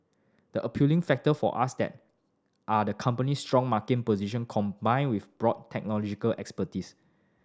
the appealing factor for us that are the company's strong market position combined with broad technological expertise